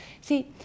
See